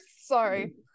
Sorry